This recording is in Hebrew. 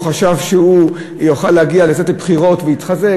הוא חשב שהוא יוכל להגיע לבחירות ולהתחזק,